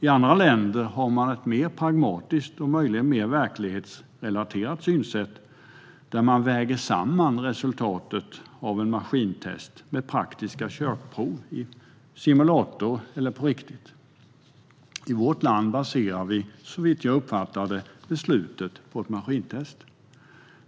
I andra länder har man ett mer pragmatiskt och möjligen mer verklighetsrelaterat synsätt där man väger samman resultatet av ett maskintest med praktiska körprov i simulator eller på riktigt. I vårt land baserar vi, såvitt jag uppfattar det, beslutet på ett maskintest.